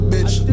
Bitch